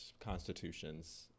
constitutions